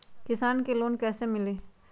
किसान के लोन कैसे मिली?